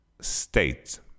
state